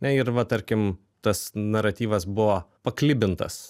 na ir va tarkim tas naratyvas buvo paklibintas